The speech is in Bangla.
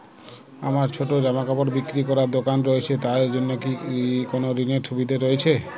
আমার ছোটো জামাকাপড় বিক্রি করার দোকান রয়েছে তা এর জন্য কি কোনো ঋণের সুবিধে রয়েছে?